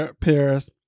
Paris